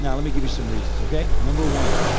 and let me give you some reasons, okay? number one,